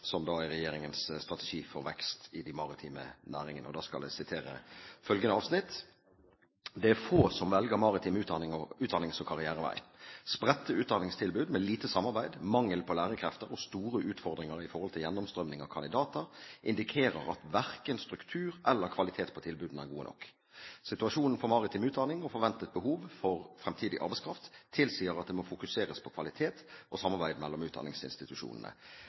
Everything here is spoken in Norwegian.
som er regjeringens strategi for vekst i de maritime næringene. Jeg skal sitere følgende avsnitt: «Det er få som velger en maritim utdannings- og karrierevei. Spredte utdanningstilbud med lite samarbeid, mangel på lærerkrefter og store utfordringer i forhold til gjennomstrømning av kandidater indikerer at verken struktur eller kvaliteten på tilbudene er gode nok. Situasjonen for maritim utdanning og forventet behov for framtidig arbeidskraft tilsier at det må fokuseres på kvalitet og samarbeid mellom utdanningsinstitusjonene.